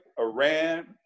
Iran